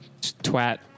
Twat